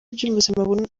by’ubuzima